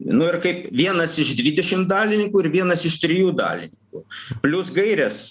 nu ir kaip vienas iš dvidešim dalininkų ir vienas iš trijų dalininkų plius gairės